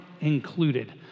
included